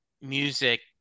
music